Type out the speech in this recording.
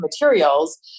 materials